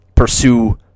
Pursue